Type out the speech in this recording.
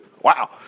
Wow